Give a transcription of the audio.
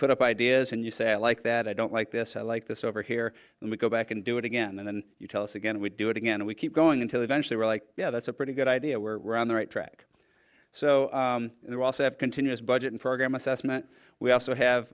put up ideas and you say i like that i don't like this i like this over here and we go back and do it again and then you tell us again we do it again and we keep going until eventually were like yeah that's a pretty good idea we're on the right track so they're also have continuous budgeting program assessment we also have